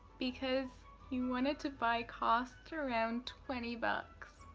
because he wanted to buy cost around twenty bucks,